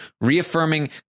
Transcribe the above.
reaffirming